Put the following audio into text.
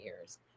years